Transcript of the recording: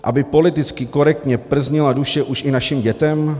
Aby politicky korektně prznila duše už i našim dětem?